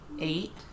Eight